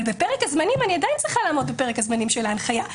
אבל אני עדיין צריכה לעמוד בפרק הזמנים של ההנחיה.